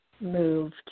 moved